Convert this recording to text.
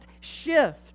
shift